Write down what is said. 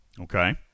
Okay